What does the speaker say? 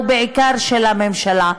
ובעיקר של הממשלה.